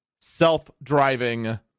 self-driving